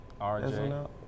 RJ